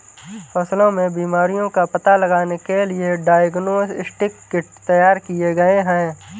फसलों में बीमारियों का पता लगाने के लिए डायग्नोस्टिक किट तैयार किए गए हैं